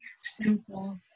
simple